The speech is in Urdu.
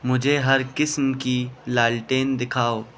مجھے ہر قسم کی لالٹین دکھاؤ